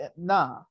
nah